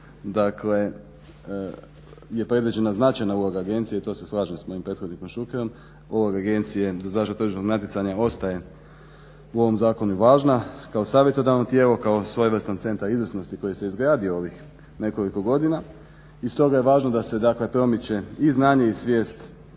dakle je predviđena značajna uloga agencije, to se slažem s mojim prethodnikom Šukerom, uloga Agencije za zaštitu tržišnog natjecanja ostaje u ovom zakonu i važna kao savjetodavno tijelo, kao svojevrstan centar izvrsnosti koji se izgradio u ovih nekoliko godina i stoga je važno da se dakle promiče i znanje i svijest